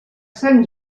sant